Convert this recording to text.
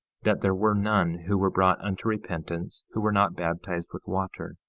that there were none who were brought unto repentance who were not baptized with water.